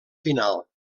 final